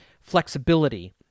flexibility